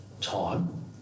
time